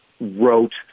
wrote